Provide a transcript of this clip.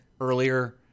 earlier